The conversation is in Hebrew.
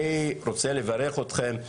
אני רוצה לברך אתכם.